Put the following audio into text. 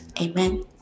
Amen